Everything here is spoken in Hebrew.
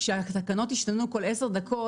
שהתקנות השתנו בכל עשר דקות,